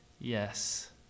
yes